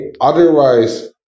otherwise